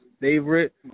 favorite